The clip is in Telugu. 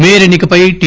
మేయర్ ఎన్ని కపై టి